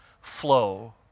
flow